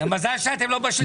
מזל שאתם לא בשלטון,